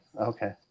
Okay